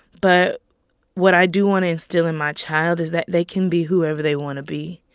but what i do want to instill in my child is that they can be whoever they want to be,